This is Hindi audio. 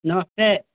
नमस्ते